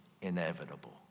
inevitable